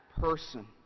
person